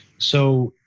so,